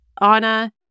Anna